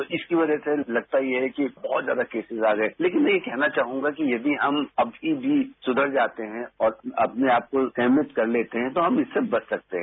तो इसकी वजह से लगता ये है कि और ज्यादा केसेज आ गये लेकिन यह कहना चाहूंगा कि यदि हम अब भी सुधर जाते हैं और अपने आपको मैनेज कर लेते हैं तो हम इससे बच सकते हैं